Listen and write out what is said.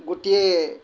ଗୋଟିଏ